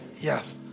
Yes